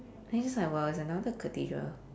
then you'll just like !wah! it's another cathedral